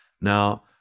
Now